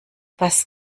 was